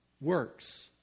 works